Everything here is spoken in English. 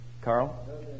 Carl